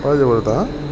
হৈ যাব দাদা হা